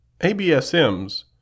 ABSMs